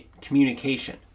communication